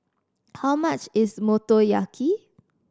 how much is Motoyaki